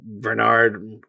Bernard